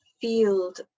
field